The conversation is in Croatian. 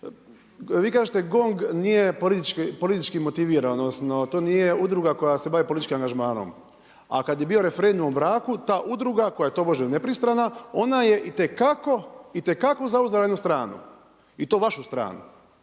vi kažete GONG nije politički motiviran, odnosno to nije udruga koja se radi političkim angažmanom. A kad je bio referendum o braku, ta udruga, koja je to možda i nepristrana, ona je itekako zauzela jednu stranu. I to vašu stranu